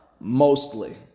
Mostly